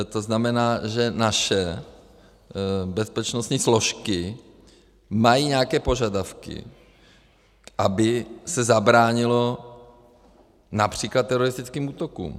To znamená, že naše bezpečnostní složky mají nějaké požadavky, aby se zabránilo např. teroristickým útokům.